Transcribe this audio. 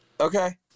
Okay